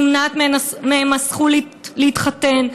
נמנעת מהם הזכות להתחתן,